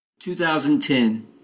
2010